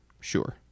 Sure